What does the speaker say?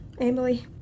Emily